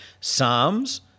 Psalms